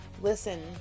Listen